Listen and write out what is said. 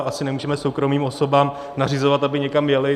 Asi nemůžeme soukromým osobám nařizovat, aby někam jely.